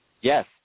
Yes